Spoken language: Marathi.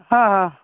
हां हां